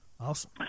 awesome